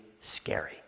scary